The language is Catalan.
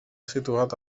situat